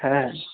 হ্যাঁ